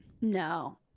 No